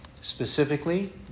specifically